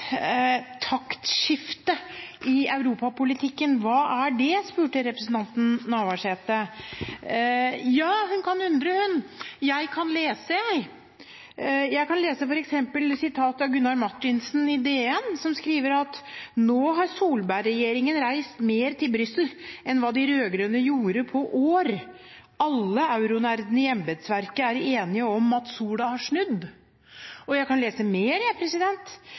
Taktskifte i europapolitikken, hva er det? spurte representanten Navarsete. Ja, hun kan undre. Jeg kan lese, f.eks. hva Gunnar Martinsen skriver i DN: «Solberg-regjeringen har reist mer til Brussel enn hva den rødgrønne gjorde på år.» Og videre: «Alle euro-nerdene i embedsverket er enige om at sola har snudd.» Og jeg kan lese